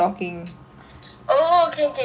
oh okay okay ya